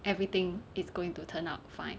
everything is going to turn out fine